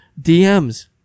DMs